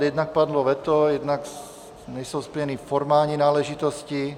Jednak padlo veto, jednak nejsou splněny formální náležitosti.